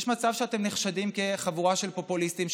יש מצב שאתם נחשדים כחבורה של פופוליסטים,